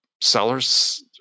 sellers